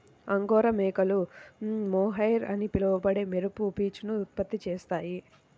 angora మేకలు mohair అని పిలువబడే మెరుపు పీచును ఉత్పత్తి చేస్తాయి